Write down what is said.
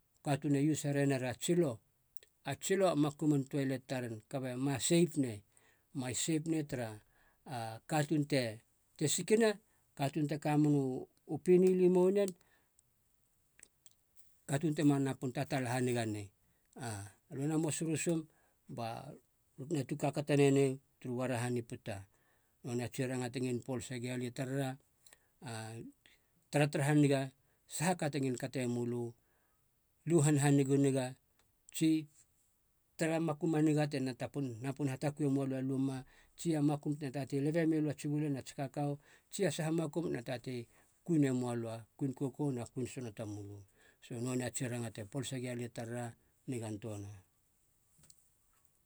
Katuun e use here nera tsilo, a tsilo makun toelet taren kabe ma sep nei, ma sep nei tara a katuun te sikina, katuun te kamena u pinil i mou nen, katuun tema napun tatala haniga nei. A- alö na mos rusum balö tena tukakata nenei turu uarahana i puta, nonei a tsi ranga te ngilin polse gilia i tarara. A- taratara haniga saha ka te ngilin kate mölö, lu hanhanigu niga si tara makum a niga tena tapun napun hatakue moalö a luma tsi a makum tena tatei lebe milö a tsi uile nats kakau tsi a saha makum na tatei kui ne moalö a kuin kokou na kuin sono tamölö, so nonei a tsi ranga te polase gialia i tarara, nigan töana.